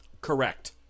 Correct